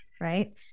right